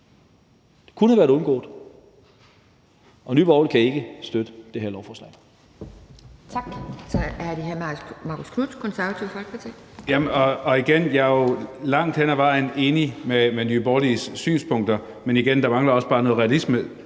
Det kunne have været undgået, og Nye Borgerlige kan ikke støtte det her lovforslag.